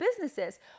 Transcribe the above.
businesses